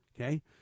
Okay